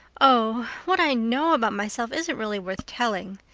oh, what i know about myself isn't really worth telling,